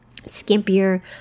skimpier